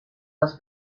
les